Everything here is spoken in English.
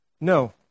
no